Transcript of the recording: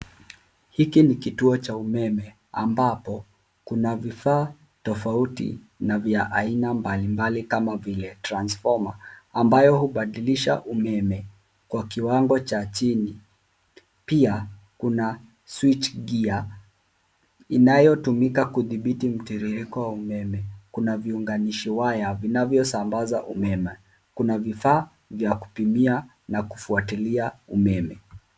Hiki ni kituo cha umeme ambapo kuna vifaa tofauti na vya aina mbalimbali kama vile transfoma ambayo hubadilisha umeme kwa kiwango cha chini. Pia kuna switch gear inayotumika kudhibiti mtiririko wa umeme. Kuna viunganishi waya vinavyosambaza umeme. Kuna vifaa vya kupimia na kufuatilia umeme.